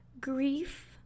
grief